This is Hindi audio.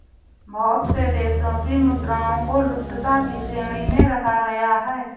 बहुत से देशों की मुद्राओं को लुप्तता की श्रेणी में रखा गया है